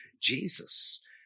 Jesus